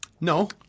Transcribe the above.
no